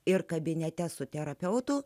ir kabinete su terapeutu